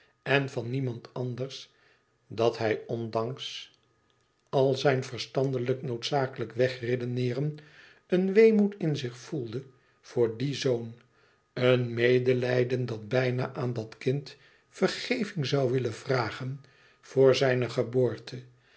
en van niemand anders dat hij ondanks al zijn e ids aargang verstandelijk noodzakelijk wegredeneeren een weemoed in zich voelde voor dien zoon een medelijden dat bijn a aan dat kind vergeving zoû willen vragen voor zijne geboorte